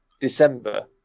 December